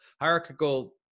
hierarchical